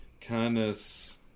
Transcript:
kindness